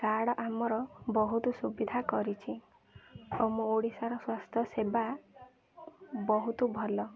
card ଆମର ବହୁତ ସୁବିଧା କରିଛି ଆମ ଓଡ଼ିଶାର ସ୍ୱାସ୍ଥ୍ୟ ସେବା ବହୁତ ଭଲ